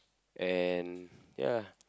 and ya